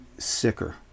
sicker